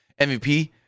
MVP